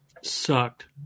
sucked